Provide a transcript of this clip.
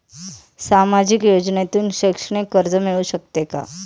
सामाजिक योजनेतून शैक्षणिक कर्ज मिळू शकते का?